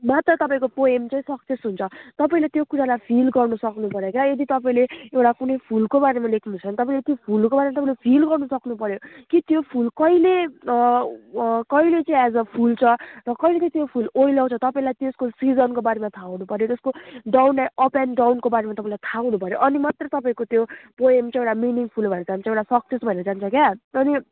मात्र तपाईँको पोएम चाहिँ सक्सेस हुन्छ तपाईँले त्यो कुरालाई फिल गर्नु सक्नुपऱ्यो क्या यदि तपाईँले एउटा कुनै फुलको बारेमा लेख्नुहुन्छ भने तपाईँले त्यो फुलको बारेमा तपाईँले फिल गर्न सक्नुपऱ्यो कि त्यो फुल कहिले कहिले चाहिँ आज फुल्छ र कहिले चाहिँ त्यो फुल ओइलाउँछ तपाईँलाई त्यसको सिजनको बारेमा थाहा हुनुपऱ्यो त्यसको डाउन या अप एन्ड डाउनको बारेमा तपाईँलाई थाहा हुनुपऱ्यो अनि मात्रै तपाईँको त्यो पोएम चाहिँ एउटा मिनिङफुल भएर जान्छ एउटा सक्सेस भएर जान्छ क्या अनि